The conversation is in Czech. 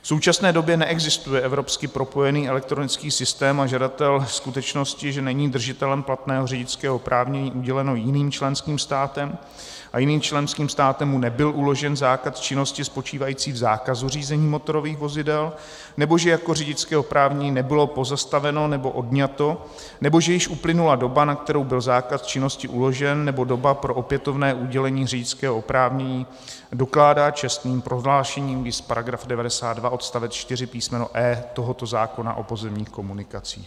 V současné době neexistuje evropský propojený elektronický systém a žadatel skutečnosti, že není držitelem platného řidičského oprávnění uděleného jiným členským státem a jiným členským státem mu nebyl uložen zákaz činnosti spočívající v zákazu řízení motorových vozidel, nebo že jeho řidičské oprávnění nebylo pozastaveno nebo odňato, nebo že již uplynula doba, na kterou byl zákaz činnosti uložen, nebo doba pro opětovné udělení řidičského oprávnění, dokládá čestným prohlášením, viz § 92 odst. 4 písm. e) tohoto zákona o pozemních komunikacích.